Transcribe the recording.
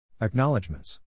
Acknowledgements